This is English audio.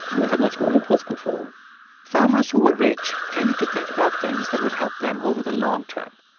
they have much more impulse control farmers who were rich tended to think about things that would help them over the long term.